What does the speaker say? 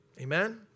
Amen